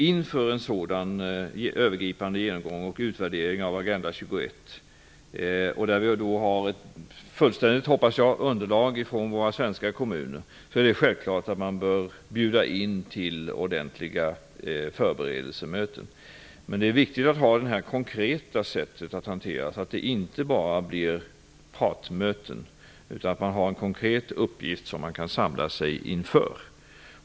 Inför en sådan övergripande genomgång och utvärdering av Agenda 21, där jag hoppas att vi har ett fullständigt underlag från våra svenska kommuner, är det självklart att man bör bjuda in till ordentliga förberedelsemöten. Men det är viktigt att ha det här konkreta sättet att hantera saker och ting på så att det inte bara blir partmöten, utan att man har en konkret uppgift som man kan samla sig inför.